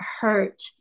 hurt